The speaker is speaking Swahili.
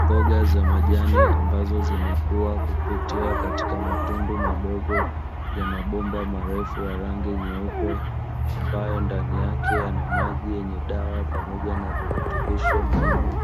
Mboga za majani ambazo zimekua kupitia katika matundu madogo ya mabomba marefu ya rangi nyeupe, ambayo ndani yake yanamaji yenye dawa pamoja na virutubisho muhimu